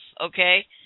okay